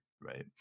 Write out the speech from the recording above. right